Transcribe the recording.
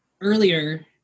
earlier